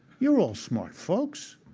you're all smart folks.